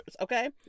okay